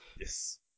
Yes